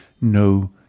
no